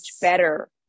better